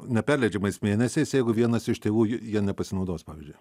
neperleidžiamais mėnesiais jeigu vienas iš tėvų jie nepasinaudos pavyzdžiu